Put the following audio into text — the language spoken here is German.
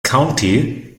county